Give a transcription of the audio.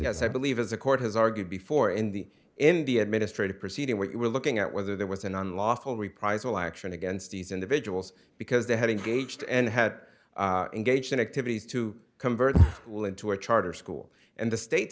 yes i believe as the court has argued before in the in the administrative proceeding we are looking at whether there was an unlawful reprisal action against these individuals because they had engaged and had engaged in activities to convert into a charter school and the state